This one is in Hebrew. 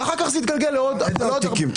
ואחר כך זה התגלגל לעוד --- איזה עוד תיקים?